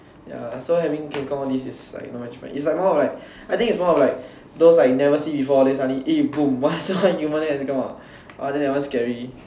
ya so having King Kong all this is like not much fun its like more of like I think its more of like those like you never see before than suddenly eh boom human leg also come out !wah! then that one scary